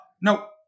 Nope